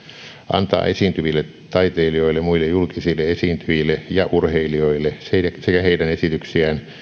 antaa esiintyville taiteilijoille muille julkisille esiintyjille ja urheilijoille sekä heidän esityksiään